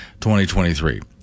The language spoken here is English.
2023